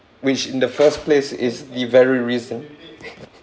which in the first place is the very reason